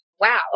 Wow